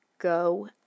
Go